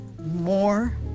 More